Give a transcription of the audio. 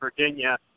Virginia